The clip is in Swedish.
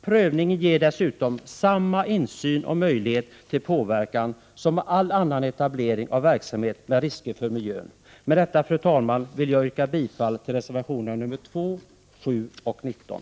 Prövningen ger dessutom samma insyn och möjlighet till påverkan som all annan etablering av verksamhet med risker för miljön. Med detta, fru talman, yrkar jag bifall till reservationerna nr 2, 7 och 19.